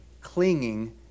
clinging